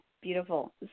Beautiful